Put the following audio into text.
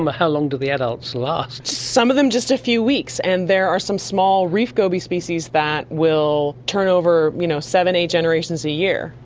um how long do the adults last? some of them just a few weeks, and there are some small reef goby species that will turn over you know seven, eight generations a year,